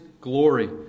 glory